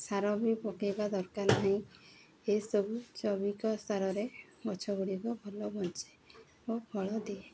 ସାର ବି ପକାଇବା ଦରକାର ନାହିଁ ଏସବୁ ଜୈବିକ ସାରରେ ଗଛ ଗୁଡ଼ିକ ଭଲ ବଞ୍ଚେ ଓ ଫଳ ଦିଏ